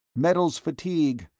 metals fatigue,